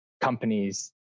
companies